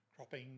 cropping